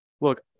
look